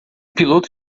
piloto